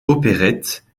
opérettes